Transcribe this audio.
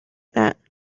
that